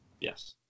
yes